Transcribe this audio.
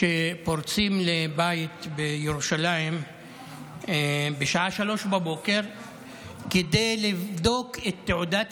שפורצים לבית בירושלים בשעה 03:00 כדי לבדוק את תעודת